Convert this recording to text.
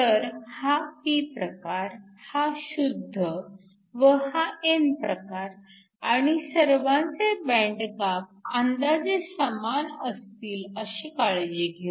तर हा p प्रकार हा शुद्ध व हा n प्रकार आणि सर्वांचे बँड गॅप अंदाजे समान असतील अशी काळजी घेऊ